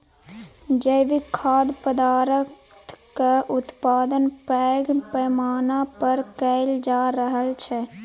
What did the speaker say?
जैविक खाद्य पदार्थक उत्पादन पैघ पैमाना पर कएल जा रहल छै